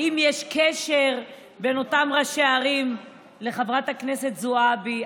האם יש קשר בין אותם ראשי ערים לחברת הכנסת זועבי?